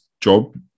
job